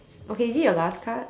okay is it your last card